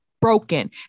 broken